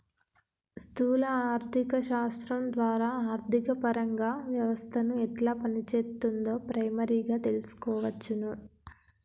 స్థూల ఆర్థిక శాస్త్రం ద్వారా ఆర్థికపరంగా వ్యవస్థను ఎట్లా పనిచేత్తుందో ప్రైమరీగా తెల్సుకోవచ్చును